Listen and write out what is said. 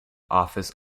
office